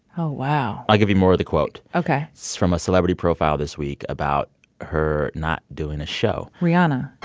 oh, wow i'll give you more of the quote ok it's from a celebrity profile this week about her not doing a show rihanna